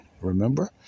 Remember